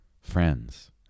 friends